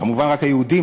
כמובן רק היהודים,